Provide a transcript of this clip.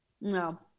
No